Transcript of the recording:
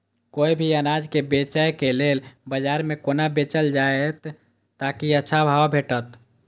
कोय भी अनाज के बेचै के लेल बाजार में कोना बेचल जाएत ताकि अच्छा भाव भेटत?